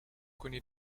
kuni